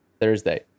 Thursday